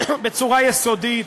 בצורה יסודית,